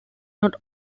not